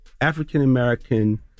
African-American